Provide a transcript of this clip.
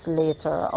later